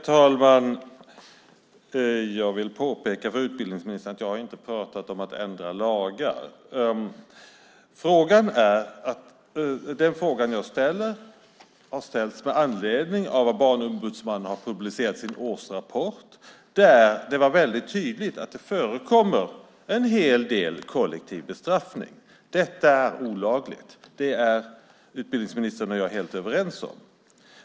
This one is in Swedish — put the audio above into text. Herr talman! Jag vill påpeka för utbildningsministern att jag inte har pratat om att ändra lagar. Den fråga jag har ställt har jag ställt med anledning av att Barnombudsmannen har publicerat sin årsrapport, där det är väldigt tydligt att det förekommer en hel del kollektiva bestraffningar. Detta är olagligt. Det är utbildningsministern och jag helt överens om.